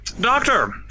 Doctor